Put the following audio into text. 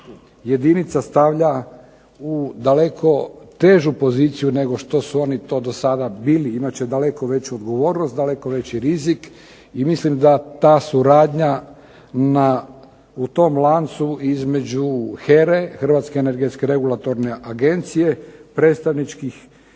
jedinica stavlja u daleko težu poziciju nego što su to oni do sada bili. Inače daleko veću odgovornost, daleko veći rizik i mislim da ta suradnja u tom lancu između HERA-e predstavničkih